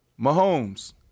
Mahomes